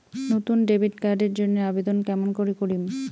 নতুন debit card এর জন্যে আবেদন কেমন করি করিম?